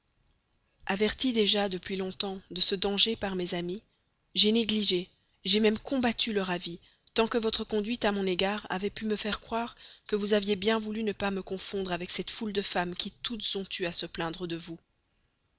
avertie déjà depuis longtemps de ce danger par mes amis j'ai négligé j'ai même combattu leur avis tant que votre conduite à mon égard avait pu me faire croire que vous aviez bien voulu ne me pas confondre avec cette foule de femmes qui toutes ont eu à se plaindre de vous